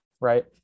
right